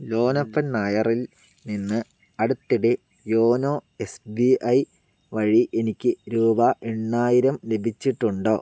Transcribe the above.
ലോനപ്പൻ നായറിൽ നിന്ന് അടുത്തിടെ യോനോ എസ് ബി ഐ വഴി എനിക്ക് രൂപ എണ്ണായിരം ലഭിച്ചിട്ടുണ്ടോ